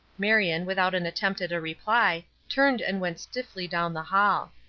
marion, without an attempt at a reply, turned and went swiftly down the hall.